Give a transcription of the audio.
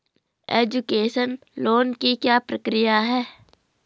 Education loan की क्या प्रक्रिया है?